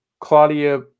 Claudia